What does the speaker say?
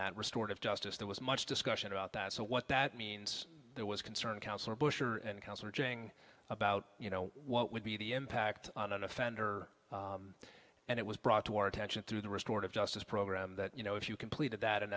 that restored of justice there was much discussion about that so what that means there was concern counselor busher and counselor ging about you know what would be the impact on an offender and it was brought to our attention through the restorative justice program that you know if you completed that in